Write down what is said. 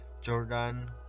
Jordan